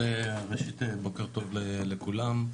אז ראשית בוקר טוב לכולם,